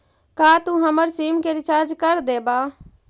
का तू हमर सिम के रिचार्ज कर देबा